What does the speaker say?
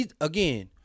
again